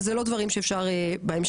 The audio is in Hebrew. וזה לא דברים שאפשר בהמשך.